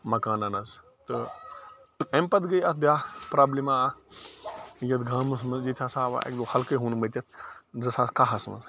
مکانَن حظ تہٕ اَمہِ پَتہٕ گٔے اَتھ بیٛاکھ پرٛابلِما اَکھ ییٚتھ گامَس منٛز ییٚتہِ ہسا آو اَکہِ دۄہ ہلکٲے ہوٗن مٔتِتھ زٕ ساس کاہَس منٛز